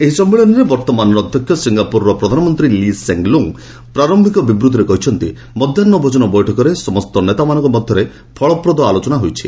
ଏହି ସମ୍ମିଳନୀରେ ବର୍ତ୍ତମାନର ଅଧ୍ୟକ୍ଷ ସିଙ୍ଗାପୁରର ପ୍ରଧାନମନ୍ତ୍ରୀ ଲି ସେଁ ଲୁଙ୍ଗ୍ ପ୍ରାରମ୍ଭିକ ବିବୃଭିରେ କହିଛନ୍ତି ମଧ୍ୟାହ୍ନ ଭୋଜନ ବୈଠକରେ ସବୁ ନେତାମାନଙ୍କ ମଧ୍ୟରେ ଫଳପ୍ରଦ ଆଲୋଚନା ହୋଇଛି